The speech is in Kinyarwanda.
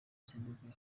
zimbabwe